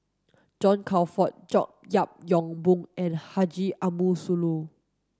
John Crawfurd George Yeo Yong Boon and Haji Ambo Sooloh